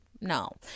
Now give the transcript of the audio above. no